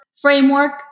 framework